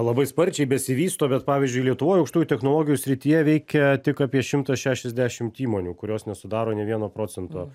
labai sparčiai besivysto bet pavyzdžiui lietuvoj aukštųjų technologijų srityje veikia tik apie šimtas šešiasdešimt įmonių kurios nesudaro nė vieno procento